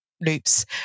loops